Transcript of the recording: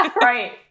Right